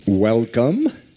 Welcome